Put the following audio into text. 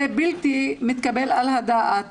זה בלתי מתקבל על הדעת